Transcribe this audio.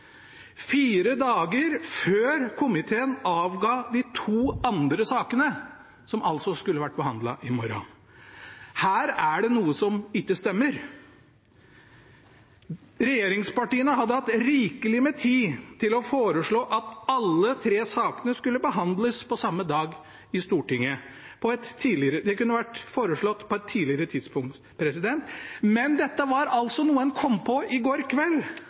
fire dager før komiteen avga de to andre sakene, som altså skulle vært behandlet i morgen. Her er det noe som ikke stemmer. Regjeringspartiene hadde hatt rikelig med tid til å foreslå at alle de tre sakene skulle behandles på samme dag i Stortinget. Det kunne vært foreslått på et tidligere tidspunkt, men dette var altså noe man kom på i går kveld